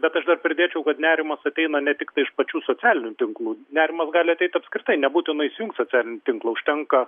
bet aš dar pridėčiau kad nerimas ateina ne tiktai iš pačių socialinių tinklų nerimas gali ateit apskritai nebūtinai įsijungt socialinį tinklą užtenka